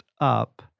up